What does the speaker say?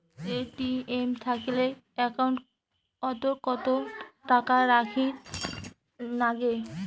ATM থাকিলে account ওত কত টাকা রাখীর নাগে?